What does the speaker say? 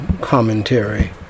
commentary